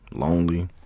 lonely,